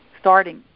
starting